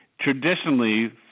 traditionally